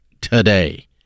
Today